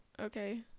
okay